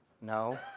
No